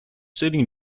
city